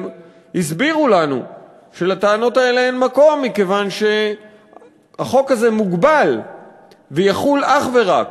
הסבירו לנו שלטענות האלה אין מקום מכיוון שהחוק הזה מוגבל ויחול אך ורק